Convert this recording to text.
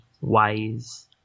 wise